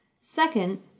Second